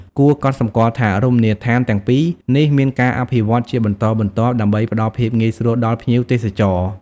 គួរកត់សម្គាល់ថា រមណីយដ្ឋានទាំងពីរនេះមានការអភិវឌ្ឍជាបន្តបន្ទាប់ដើម្បីផ្តល់ភាពងាយស្រួលដល់ភ្ញៀវទេសចរ។